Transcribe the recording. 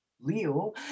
Leo